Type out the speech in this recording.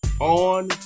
on